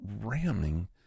ramming